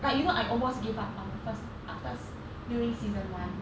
but you know I almost give up on first after s~ during season one